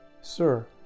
Sir